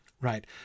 Right